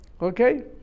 okay